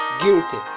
guilty